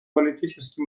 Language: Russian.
политически